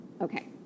Okay